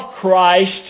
Christ